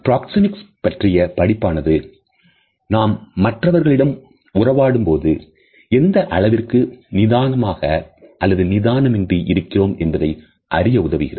proxemics பற்றிய படிப்பானது நாம் மற்றவர்களிடம் உறவாடும் போது எந்த அளவிற்கு நிதானமாக அல்லது நிதானமின்றி இருக்கிறோம் என்பதை அறிய உதவுகிறது